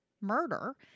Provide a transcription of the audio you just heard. murder